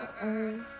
earth